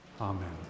Amen